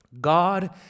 God